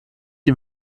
ihm